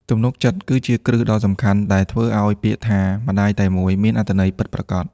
ទំនុកចិត្តគឺជាគ្រឹះដ៏សំខាន់ដែលធ្វើឱ្យពាក្យថា «ម្ដាយតែមួយ» មានអត្ថន័យពិតប្រាកដ។